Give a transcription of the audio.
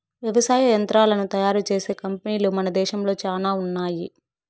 వ్యవసాయ యంత్రాలను తయారు చేసే కంపెనీలు మన దేశంలో చానా ఉన్నాయి